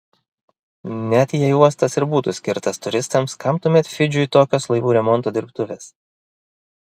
net jei uostas ir būtų skirtas turistams kam tuomet fidžiui tokios laivų remonto dirbtuvės